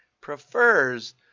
prefers